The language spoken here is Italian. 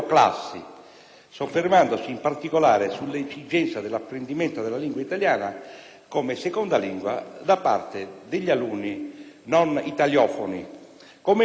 soffermandosi, in particolare, sull'esigenza dell'apprendimento della lingua italiana come seconda lingua da parte degli alunni non italofoni. Come è noto,